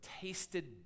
tasted